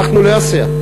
הלכנו לאסיה,